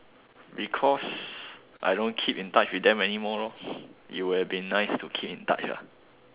because I don't keep in touch with them anymore loh it would've been nice to keep in touch lah